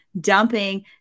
dumping